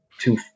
two